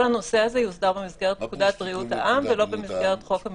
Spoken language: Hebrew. כל הנושא הזה יוסדר במסגרת פקודת בריאות העם ולא במסגרת חוק המסגרת.